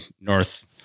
North